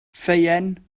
ffeuen